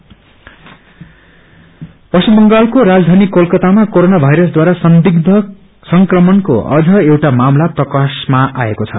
corona कोल पश्चिम बंगालको राजधानी कोलकातामा कोरोना वायरसद्वारा संदिगध संक्रमणको अझ एउटा मामला प्रकाशमा आएको छ